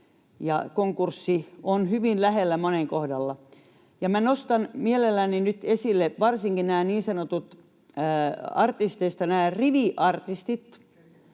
konkurssi on hyvin lähellä monen kohdalla. Minä nostan mielelläni nyt esille artisteista varsinkin nämä niin sanotut riviartistit.